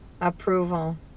approval